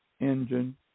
engine